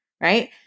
right